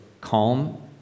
calm